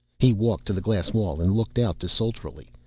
he walked to the glass wall and looked out desultorily.